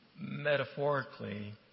metaphorically